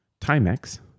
Timex